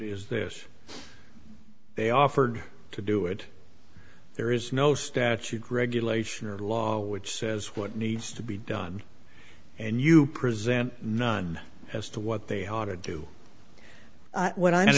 is this they offered to do it there is no statute regulation or law which says what needs to be done and you present none as to what they ought to do what i